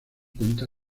cuenta